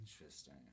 Interesting